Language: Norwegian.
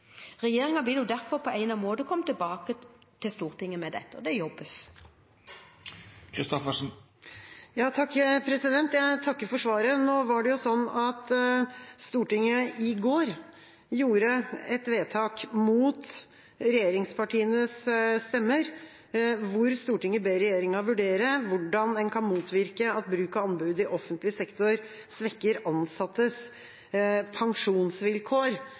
derfor på egnet måte komme tilbake til Stortinget med dette. Det jobbes det med. Jeg takker for svaret. Stortinget gjorde i går et vedtak mot regjeringspartienes stemmer, hvor Stortinget ber regjeringa vurdere hvordan en kan motvirke at bruk av anbud i offentlig sektor svekker ansattes pensjonsvilkår.